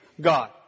God